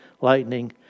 lightning